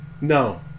No